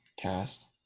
cast